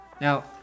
Now